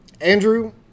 Andrew